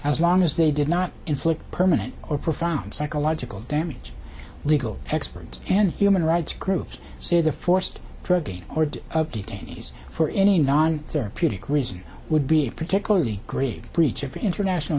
as long as they did not inflict permanent or profound psychological damage legal experts and human rights groups say the forced drugging or death of detainees for any non therapeutic reason would be a particularly grave breach of international